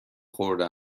خورده